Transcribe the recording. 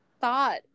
thought